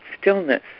stillness